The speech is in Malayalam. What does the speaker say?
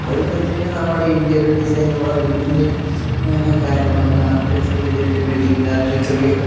അതിലെന്താ വെച്ച് കഴിഞ്ഞാൽ നമ്മുടെ ഇൻറീരിയർ ഡിസൈൻ നമ്മുടെ വീടിൻ്റേയും കാര്യങ്ങൾ അങ്ങനെ ആർക്കിടെക്ചർ വലിയ വലിയ ബിൽഡിങ്ങിന്റെ ആർക്കിടെക്ചറ്